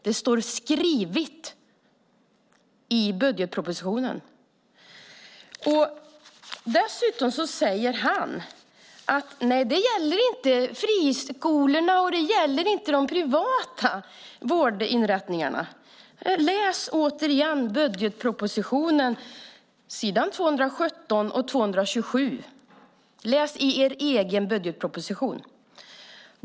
Det står skrivet i budgetpropositionen. Dessutom säger han att det inte gäller friskolorna och de privata vårdinrättningarna. Läs sidorna 217 och 227 i budgetpropositionen, er egen regerings budgetproposition!